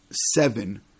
seven